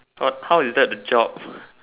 but how is that the job